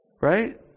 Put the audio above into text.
Right